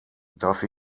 darf